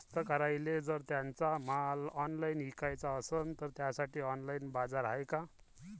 कास्तकाराइले जर त्यांचा माल ऑनलाइन इकाचा असन तर त्यासाठी ऑनलाइन बाजार हाय का?